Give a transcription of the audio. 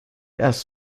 erst